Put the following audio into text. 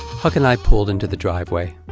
huck and i pulled into the driveway.